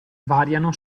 variano